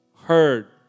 heard